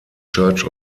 church